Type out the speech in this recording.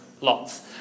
Lots